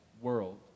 world